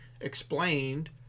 explained